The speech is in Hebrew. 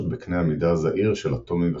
בקנה המידה הזעיר של אטומים וחלקיקים,